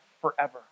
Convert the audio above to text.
forever